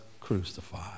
crucified